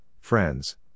friends